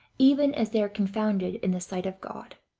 even as they are confounded in the sight of god.